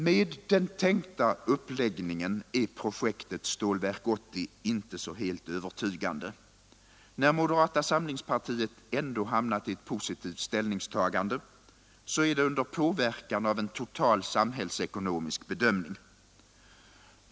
Med den tänkta uppläggningen är projektet Stålverk 80 inte så helt övertygande. När moderata samlingspartiet ändå hamnat i ett positivt ställningstagande, så är det under påverkan av en total samhällsekonomisk bedömning.